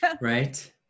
Right